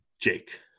Jake